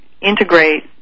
integrate